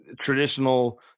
traditional